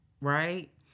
right